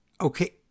Okay